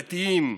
דתיים,